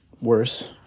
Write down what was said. Worse